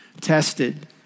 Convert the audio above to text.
tested